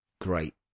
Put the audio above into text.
great